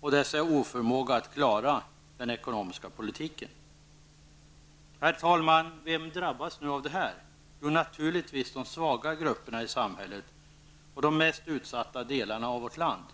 och dess oförmåga att klara den ekonomiska politiken. Herr talman! Vem drabbas nu av detta? Jo, naturligtvis de svaga grupperna i samhället och de mest utsatta delarna av vårt land.